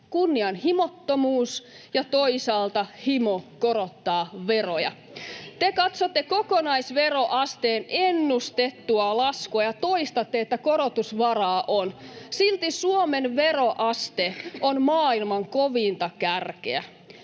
Kulmuni: Itse esititte veronkiristyksiä!] Te katsotte kokonaisveroasteen ennustettua laskua ja toistatte, että korotusvaraa on. Silti Suomen veroaste on maailman kovinta kärkeä.